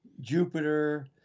Jupiter